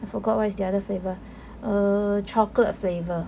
I forgot what is the other flavour err chocolate flavour